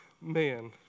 man